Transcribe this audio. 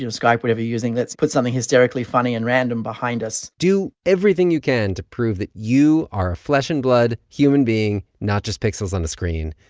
skype, whatever you're using. let's put something hysterically funny and random behind us do everything you can to prove that you are a flesh and blood human being, not just pixels on a screen.